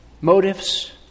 motives